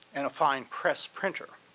and a fine press printer,